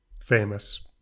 famous